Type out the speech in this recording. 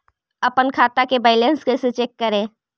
अपन खाता के बैलेंस कैसे चेक करे?